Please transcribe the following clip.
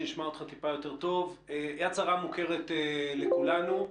מוכרת לכולנו.